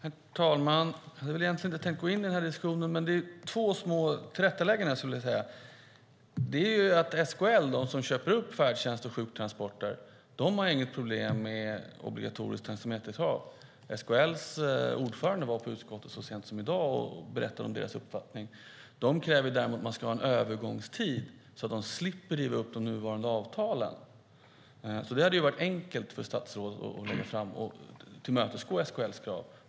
Herr talman! Jag hade egentligen inte tänkt gå in i diskussionen, men jag har två små tillrättalägganden. SKL, som köper upp färdtjänst och sjuktransporter, har inget problem med obligatoriskt taxameterkrav. SKL:s ordförande var på utskottet så sent som i dag och berättade om deras uppfattning. De kräver däremot att man ska ha en övergångstid, så att de slipper riva upp de nuvarande avtalen. Det hade varit enkelt för statsrådet att tillmötesgå SKL:s krav.